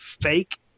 fake